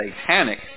satanic